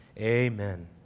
amen